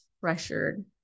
pressured